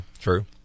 True